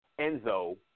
Enzo